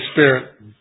Spirit